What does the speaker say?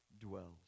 dwells